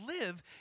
live